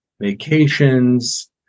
vacations